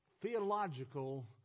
theological